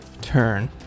turn